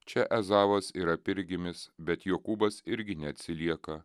čia ezavas yra pirmgimis bet jokūbas irgi neatsilieka